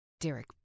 Derek